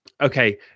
Okay